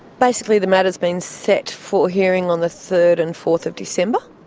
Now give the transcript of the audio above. basically the matter has been set for hearing on the third and fourth of december,